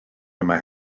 yma